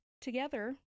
together